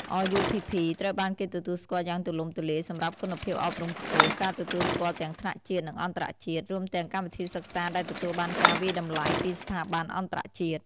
RUPP ត្រូវបានគេទទួលស្គាល់យ៉ាងទូលំទូលាយសម្រាប់គុណភាពអប់រំខ្ពស់ ការទទួលស្គាល់ទាំងថ្នាក់ជាតិ និងអន្តរជាតិ រួមទាំងកម្មវិធីសិក្សាដែលទទួលបានការវាយតម្លៃពីស្ថាប័នអន្តរជាតិ។